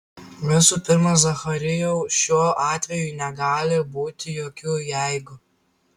visų pirma zacharijau šiuo atveju negali būti jokių jeigu